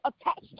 attached